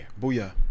Booyah